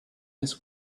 this